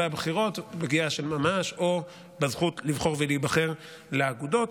הבחירות פגיעה של ממש או בזכות לבחור ולהיבחר לאגודות.